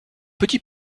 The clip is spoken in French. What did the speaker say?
petit